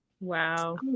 Wow